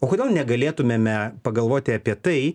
o kodėl negalėtumėme pagalvoti apie tai